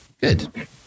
Good